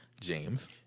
James